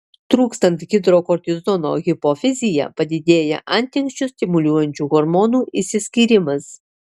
trūkstant hidrokortizono hipofizyje padidėja antinksčius stimuliuojančių hormonų išsiskyrimas